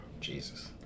Jesus